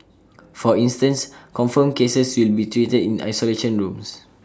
for instance confirmed cases will be treated in isolation rooms